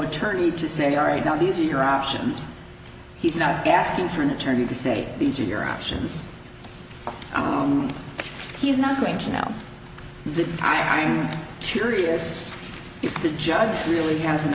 what tourney to syria right now these are your options he's not asking for an attorney to say these are your options he's not going to know this i'm curious if the judge really has an